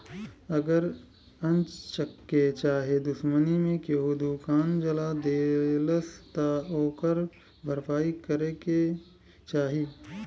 अगर अन्चक्के चाहे दुश्मनी मे केहू दुकान जला देलस त ओकर भरपाई के करे के चाही